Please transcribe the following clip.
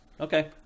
Okay